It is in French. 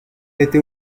était